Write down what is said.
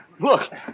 Look